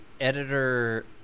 Editor